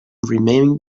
remain